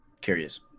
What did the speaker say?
Curious